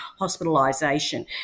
hospitalisation